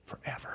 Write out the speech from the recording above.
forever